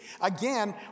Again